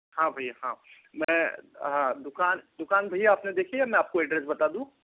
हाँ भैया हाँ मैं दुकान दुकान भैया आपने देखी है मैं आपको एड्रेस बता दूँ